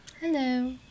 Hello